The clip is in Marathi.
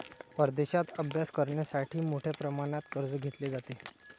परदेशात अभ्यास करण्यासाठी मोठ्या प्रमाणात कर्ज घेतले जाते